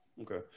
okay